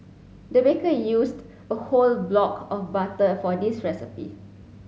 the baker used a whole block of butter for this recipe